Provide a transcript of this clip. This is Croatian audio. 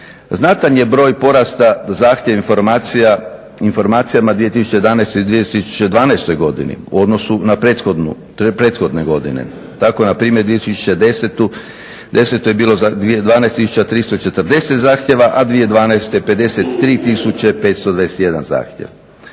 Znatan je broj porasta zahtjeva informacijama u 2011. i 2012. godini u odnosu na prethodne godine. Tako na primjer 2010. je bilo 12340 zahtjeva, a 2012. 53521 zahtjev.